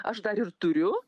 aš dar ir turiu